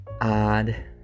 odd